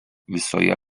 visoje